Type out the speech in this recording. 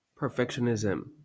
perfectionism